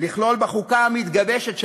לכלול בחוקה המתגבשת שלנו,